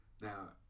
Now